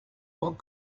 what